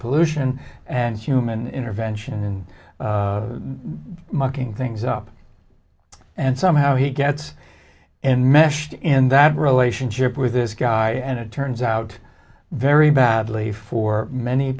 pollution and human intervention and mucking things up and somehow he gets and meshed in that relationship with this guy and it turns out very badly for many